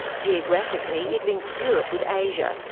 geographically, it links europe with asia,